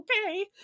okay